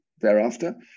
thereafter